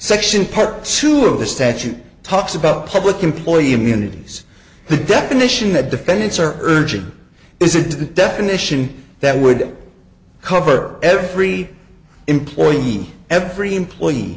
section part two of the statute talks about public employee immunities the definition that defendants are urging isn't the definition that would cover every employee every employee